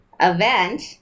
event